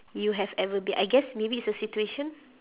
you have ever been I guess maybe is a situation